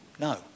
no